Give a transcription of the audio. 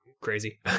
crazy